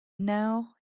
now